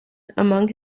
among